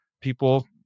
people